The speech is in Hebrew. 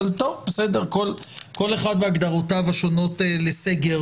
אבל בסדר, כל אחד והגדרותיו השונות לסגר